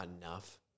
enough